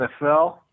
NFL